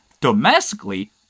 domestically